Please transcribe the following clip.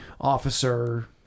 officer